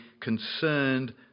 concerned